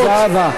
חברת הכנסת זהבה.